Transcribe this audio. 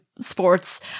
sports